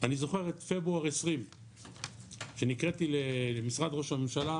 אני זוכר את פברואר 2020 שנקראתי למשרד ראש הממשלה